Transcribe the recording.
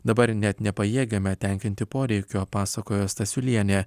dabar net nepajėgiame tenkinti poreikių pasakojo stasiulienė